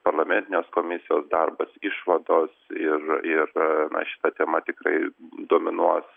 parlamentinės komisijos darbas išvados ir ir šita tema tikrai dominuos